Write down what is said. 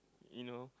you know